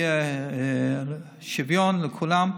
ויהיה שוויון לכולם,